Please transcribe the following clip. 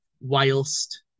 whilst